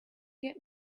get